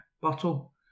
bottle